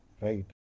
right